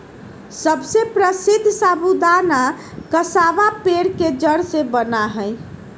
सबसे प्रसीद्ध साबूदाना कसावा पेड़ के जड़ से बना हई